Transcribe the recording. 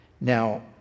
now